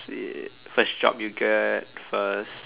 first job you get first